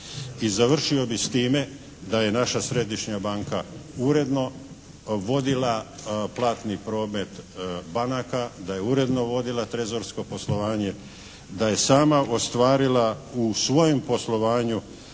I završio bi s time, da je naša središnja banka uredno vodila platni promet banaka, da je uredno vodila trezorsko poslovanje, da je sama ostvarila u svojem poslovanju